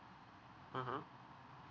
mmhmm